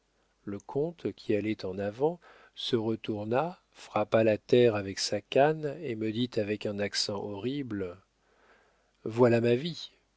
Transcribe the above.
le comte qui allait en avant se retourna frappa la terre avec sa canne et me dit avec un accent horrible voilà ma vie